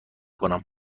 کنم